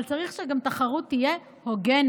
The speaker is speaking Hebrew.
אבל צריך גם שתחרות תהיה הוגנת.